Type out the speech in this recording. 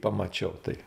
pamačiau tai